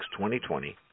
2020